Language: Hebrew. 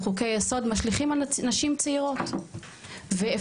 החוקי יסוד משליכים על נשים צעירות ואפשר